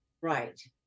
right